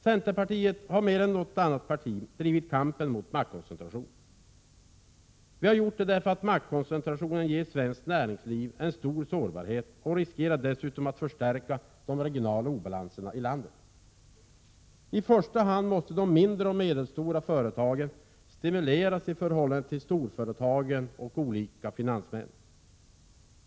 Centerpartiet har mer än något annat parti drivit kampen mot maktkoncentration. Vi har gjort det därför att maktkoncentrationen för svenskt näringsliv innebär en stor sårbarhet. Dessutom finns risken att de regionala obalanserna i landet därmed förstärks. I första hand måste de mindre och medelstora företagen stimuleras i förhållande till storföretagen och olika finansmän.